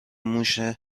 موشه